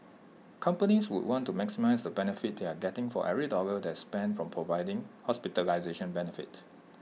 companies would want to maximise the benefit they are getting for every dollar that spent from providing hospitalisation benefit